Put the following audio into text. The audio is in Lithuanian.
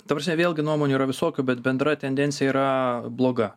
ta prasme vėlgi nuomonių yra visokių bet bendra tendencija yra bloga